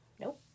nope